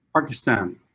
Pakistan